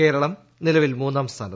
കേരളം നിലവിൽ മൂന്നാം സ്ഥാനത്ത്